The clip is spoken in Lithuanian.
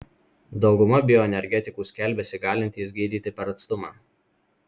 dauguma bioenergetikų skelbiasi galintys gydyti per atstumą